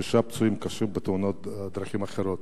שישה פצועים קשה בתאונות דרכים אחרות.